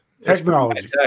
technology